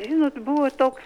žinot buvo toks